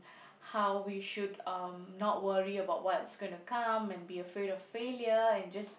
how we should um not worry about what's going to come and be afraid of failure and just